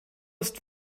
ist